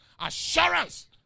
assurance